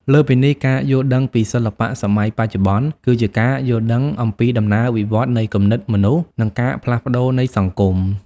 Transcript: លើសពីនេះ ការយល់ដឹងពីសិល្បៈសម័យបច្ចុប្បន្ន គឺជាការយល់ដឹងអំពីដំណើរវិវត្តន៍នៃគំនិតមនុស្ស និងការផ្លាស់ប្តូរនៃសង្គម។